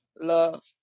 love